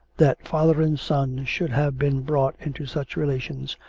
that father and son should have been brought into such relations,